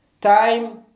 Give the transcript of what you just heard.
Time